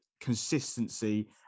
consistency